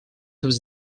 was